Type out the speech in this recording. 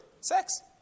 sex